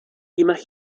que